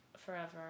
forever